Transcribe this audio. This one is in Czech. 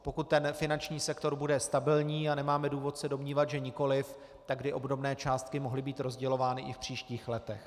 Pokud ten finanční sektor bude stabilní a nemáme důvod se domnívat že nikoliv, tak by obdobné částky mohly být rozdělovány i v příštích letech.